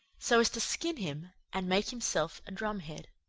so as to skin him and make himself a drumhead.